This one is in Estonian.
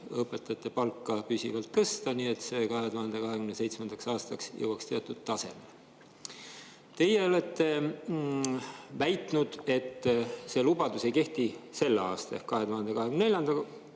õpetajate palka püsivalt tõsta, nii et see 2027. aastaks jõuaks teatud tasemele. Teie olete väitnud, et see lubadus ei kehti selle aasta ehk 2024.